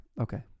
okay